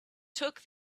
took